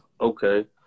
Okay